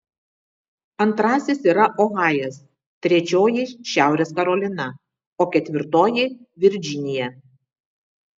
antrasis yra ohajas trečioji šiaurės karolina o ketvirtoji virdžinija